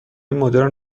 مدرن